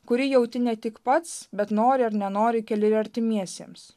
kurį jauti ne tik pats bet nori ar nenori keli ir artimiesiems